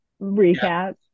recap